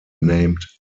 named